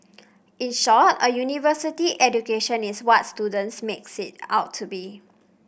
in short a university education is what students makes it out to be